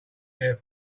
care